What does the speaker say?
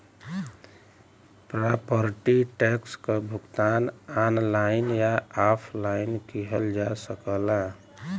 property tax क भुगतान online या ऑफलाइन किहल जा सकला